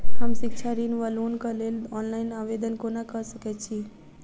हम शिक्षा ऋण वा लोनक लेल ऑनलाइन आवेदन कोना कऽ सकैत छी?